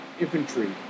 infantry